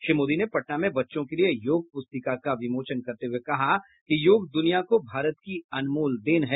श्री मोदी ने पटना में बच्चों के लिए योग पुस्तिका का विमोचन करते हुए कहा कि योग दुनिया को भारत की अनमोल देन हैं